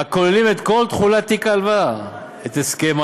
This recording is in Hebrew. והם כוללים את כל תכולת תיק ההלוואה: הסכם ההלוואה,